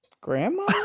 Grandma